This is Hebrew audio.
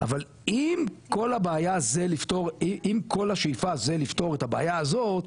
אבל אם כל הבעיה זה לפתור עם כל השאיפה זה לפתור את הבעיה הזאת,